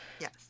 Yes